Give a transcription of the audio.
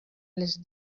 les